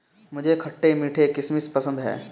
मुझे खट्टे मीठे किशमिश पसंद हैं